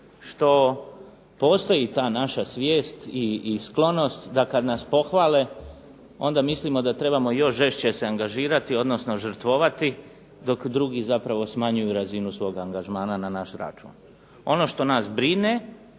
što postoji ta naša svijest i sklonost da kad nas pohvale onda mislimo da trebamo još žešće se angažirati odnosno žrtvovati dok drugi zapravo smanjuju razinu svog angažmana na naš račun. Ono što nas brine